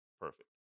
perfect